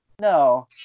No